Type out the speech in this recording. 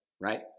right